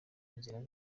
nzira